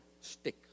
stick